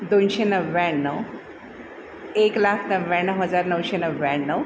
दोनशे नव्याण्णव एक लाख नव्याण्णव हजार नऊशे नव्याण्णव